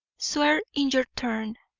swear in your turn!